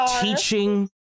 teaching